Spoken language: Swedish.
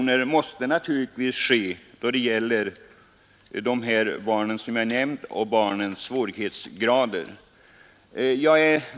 Det måste naturligtvis bli variationer i betalningen för barn med olika svårigheter.